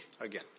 again